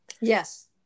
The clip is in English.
Yes